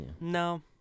no